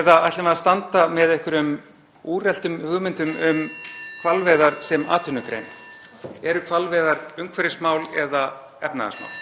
eða ætlum við að standa með einhverjum úreltum hugmyndum um hvalveiðar sem atvinnugreinar? Eru hvalveiðar umhverfismál eða efnahagsmál?